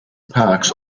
parks